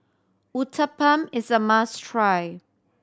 uthapam is a must try